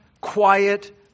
quiet